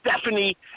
Stephanie